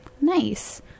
Nice